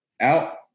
out